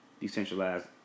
decentralized